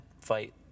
fight